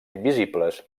invisibles